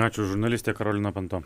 ačiū žurnalistė karolina panto